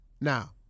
Now